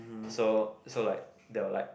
so so like they were like